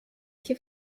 que